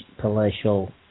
palatial